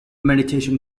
mediation